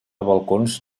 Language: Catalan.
balcons